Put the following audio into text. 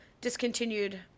discontinued